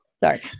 Sorry